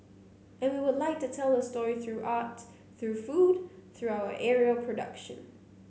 and we would like to tell the story through art through food through our aerial production